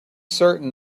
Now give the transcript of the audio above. certain